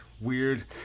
weird